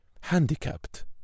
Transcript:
handicapped